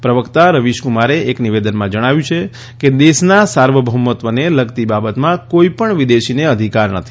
પ્રવકતા રવીશકુમારે એક નિવેદનમાં જણાવ્યું કે દેશના સાર્વભૌમત્વને લગતી બાબતમાં કોઇપણ વિદેશીને અધિકાર નથી